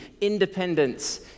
Independence